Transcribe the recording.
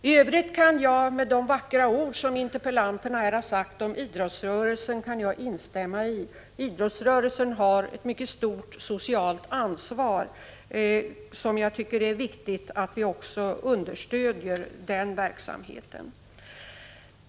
I övrigt kan jag instämma i de vackra ord som interpellanterna här har sagt om idrottsrörelsen. Idrottsrörelsen har ett mycket stort socialt ansvar, och jag tycker att det är viktigt att vi också understödjer dess verksamhet.